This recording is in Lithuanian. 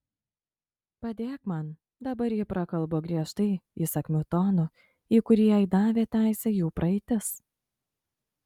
padėk man dabar ji prakalbo griežtai įsakmiu tonu į kurį jai davė teisę jų praeitis